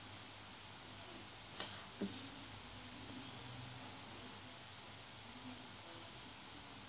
uh